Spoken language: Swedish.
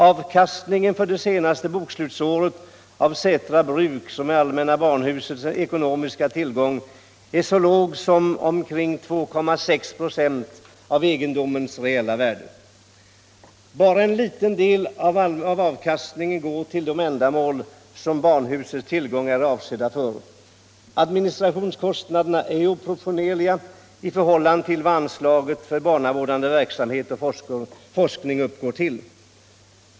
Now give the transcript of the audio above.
Avkastningen för de senaste bokslutsåret av Sätra Bruk, som är allmänna barnhusets ekonomiska tillgång, är så tåg som omkring 2,6 26 av egendomens reella värde. Bara en liten del av avkastningen går till de ändamål som barnhusets tillgångar är avsedda för. Administrationskostnaderna är opropotionerliga i förhållande till vad anslaget till barnavårdande verksamhet och forskning uppgår till.